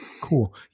Cool